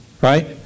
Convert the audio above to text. right